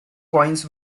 coins